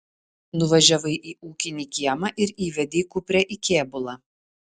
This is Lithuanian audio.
nuvažiavai į ūkinį kiemą ir įvedei kuprę į kėbulą